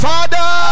Father